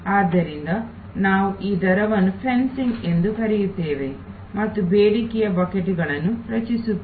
ಆದ್ದರಿಂದ ನಾವು ಈ ದರವನ್ನು ರೇಟ್ ಫೆನ್ಸಿಂಗ್ ಎಂದು ಕರೆಯುತ್ತೇವೆ ಮತ್ತು ಬೇಡಿಕೆಯ ಬಕೆಟ್ಗಳನ್ನು ರಚಿಸುತ್ತೇವೆ